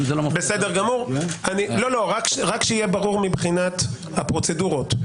רק שיהיה ברור מבחינת הפרוצדורות.